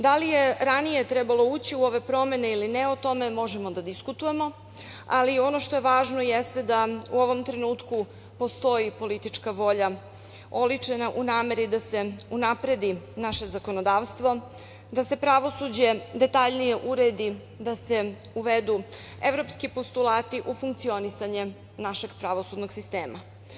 Da li je ranije trebalo ući u ove promene ili ne, o tome možemo da diskutujemo, ali ono što je važno jeste da u ovom trenutku postoji politička volja oličena u nameri da se unapredi naše zakonodavstvo, da se pravosuđe detaljnije uredi, da se uvedu evropski postulati u funkcionisanje našeg pravosudnog sistema.